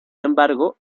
embargo